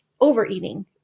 overeating